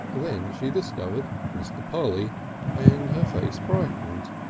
then she discovered mr. polly and her face brightened.